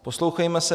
Poslouchejme se.